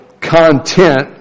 content